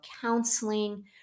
counseling